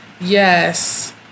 Yes